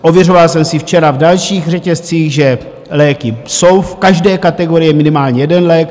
Ověřoval jsem si včera v dalších řetězcích, že léky jsou v každé kategorii, minimálně jeden lék.